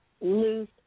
loose